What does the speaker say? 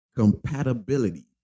compatibility